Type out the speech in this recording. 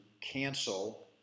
cancel